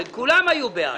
כולם היו בעד.